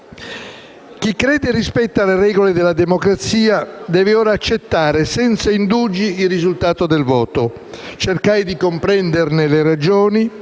Chi crede e rispetta le regole della democrazia deve ora accettare senza indugi il risultato del voto, cercare di comprenderne le ragioni,